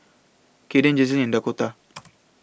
Kaiden Jazlynn and Dakotah